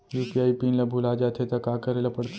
UPI PIN ल भुला जाथे त का करे ल पढ़थे?